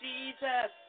Jesus